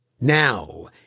Now